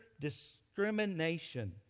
discrimination